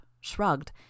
shrugged